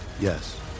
Yes